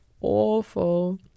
awful